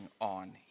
on